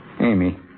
Amy